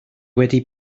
wedi